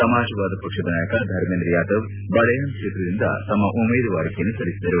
ಸಮಾಜವಾದ ಪಕ್ಷದ ನಾಯಕ ಧರ್ಮೇಂದ್ರ ಯಾದವ್ ಬಡಯನ್ ಕ್ಷೇತ್ರದಿಂದ ಉಮೇದುವಾರಿಕೆಯನ್ನು ಸಲ್ಲಿಸಿದರು